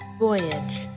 Voyage